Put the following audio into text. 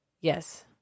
Yes